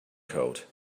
code